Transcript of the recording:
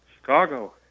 Chicago